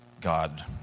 God